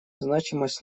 значимость